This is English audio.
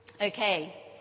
Okay